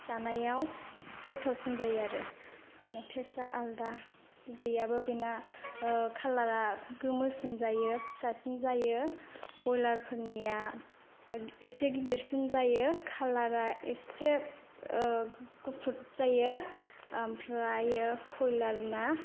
जानायाव गोथावसिन जायो आरो टेस्टा आलदा बिदैया बेना कालारा गोमोसिन जायो आरो फिसासिन जायो ब्रयलारफोरनिया एसे गिदिरसिन जायो कालारा एसे गुफुर जायो ओमफ्राय कयलारना